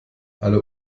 alle